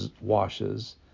washes